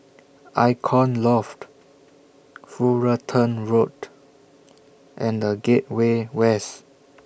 Icon Loft Fullerton Road and The Gateway West